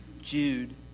Jude